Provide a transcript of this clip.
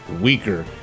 weaker